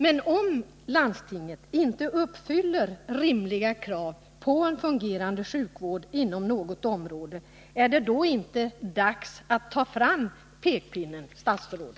Men om landstinget inte uppfyller rimliga krav på en fungerande sjukvård inom något område, är det då inte dags att ta fram pekpinnen, fru statsråd?